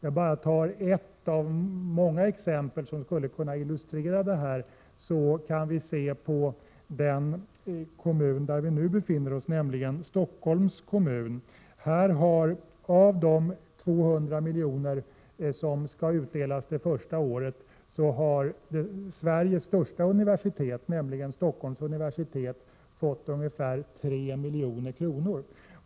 För att ta ett exempel av många som skulle kunna illustrera detta kan vi se på den kommun där vi nu befinner oss, dvs. Stockholms kommun. Av de 200 milj.kr. som skulle utdelas det första året har Sveriges största universitet, Stockholms universitet, fått ungefär 3 milj.kr.